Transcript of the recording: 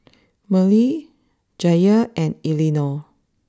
Merle Jaye and Elinore